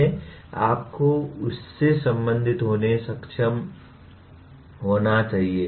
आपको उससे संबंधित होने में सक्षम होना चाहिए